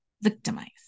victimized